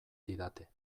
didate